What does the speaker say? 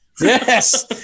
Yes